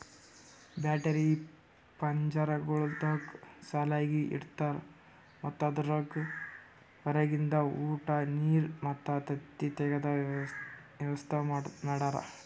battery ಪಂಜರಗೊಳ್ದಾಗ್ ಸಾಲಾಗಿ ಇಡ್ತಾರ್ ಮತ್ತ ಅದುರಾಗ್ ಹೊರಗಿಂದ ಉಟ, ನೀರ್ ಮತ್ತ ತತ್ತಿ ತೆಗೆದ ವ್ಯವಸ್ತಾ ಮಾಡ್ಯಾರ